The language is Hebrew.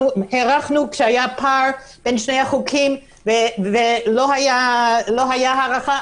הארכנו כשהיה פער בין שני החוקים ולא הייתה הארכה,